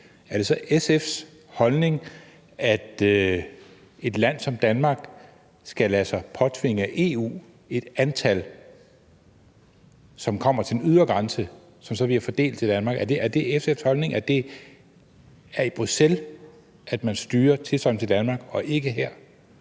er det så SF's holdning, at et land som Danmark skal lade sig påtvinge af EU et antal, som kommer til den ydre grænse, og som så bliver fordelt til Danmark? Er det SF's holdning, at det er i Bruxelles, at man styrer tilstrømningen til Danmark, og ikke her?